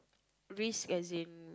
risk as in